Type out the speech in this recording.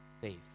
faith